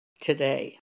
today